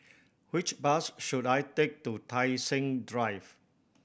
which bus should I take to Tai Seng Drive